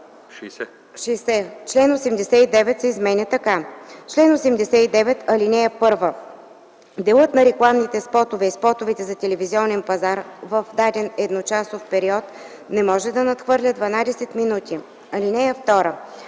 60. Член 89 се изменя така: „Чл. 89. (1) Делът на рекламните спотове и спотовете за телевизионен пазар в даден едночасов период не може да надхвърля 12 минути. (2) Алинея 1